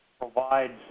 provides